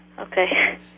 Okay